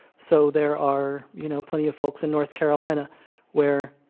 so, there are, you know, plenty of folks in north carolina where,